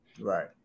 Right